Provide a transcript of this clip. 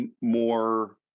more